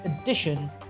edition